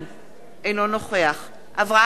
אינו נוכח אברהם דיכטר,